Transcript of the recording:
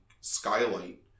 skylight